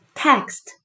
text